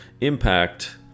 impact